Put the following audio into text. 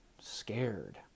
scared